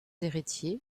héritier